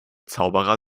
zauberer